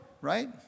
right